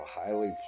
highly